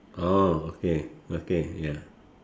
orh okay okay ya